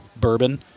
bourbon